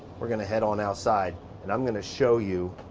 we're gonna head on outside and i'm going to show you